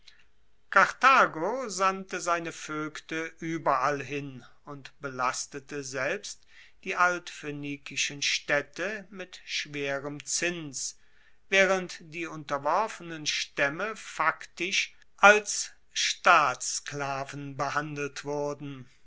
sandte seine voegte ueberall hin und belastete selbst die altphoenikischen staedte mit schwerem zins waehrend die unterworfenen staemme faktisch als staatssklaven behandelt wurden